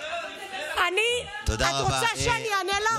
את רוצה שאני אענה לך?